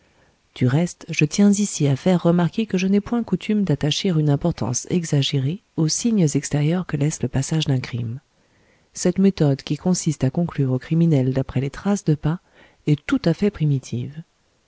du reste je tiens ici à faire remarquer que je n'ai point coutume d'attacher une importance exagérée aux signes extérieurs que laisse le passage d'un crime cette méthode qui consiste à conclure au criminel d'après les traces de pas est tout à fait primitive